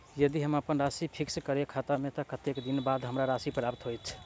यदि हम अप्पन राशि फिक्स करबै खाता मे तऽ कत्तेक दिनक बाद हमरा राशि प्राप्त होइत?